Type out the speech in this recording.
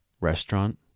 restaurant